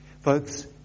Folks